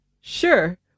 sure